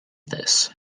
this